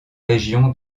région